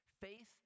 Faith